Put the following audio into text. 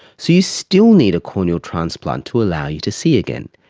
so you still need a corneal transplant to allow you to see again.